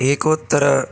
एकोत्तर